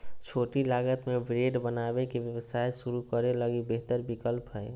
छोटी लागत में ब्रेड बनावे के व्यवसाय शुरू करे लगी बेहतर विकल्प हइ